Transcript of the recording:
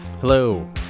Hello